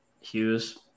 Hughes